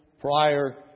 prior